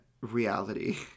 reality